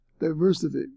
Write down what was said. diversity